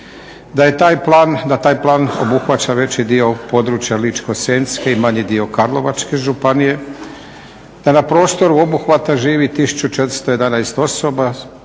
da taj plan obuhvaća veći dio područja Ličko-senjske i manji dio Karlovačke županije, da na prostoru obuhvata živi 1411 osoba